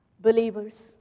believers